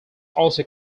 also